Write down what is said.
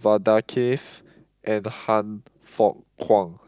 Vadaketh and Han Fook Kwang